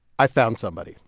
i found somebody,